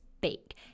Bake